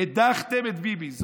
הדחתם את ביבי,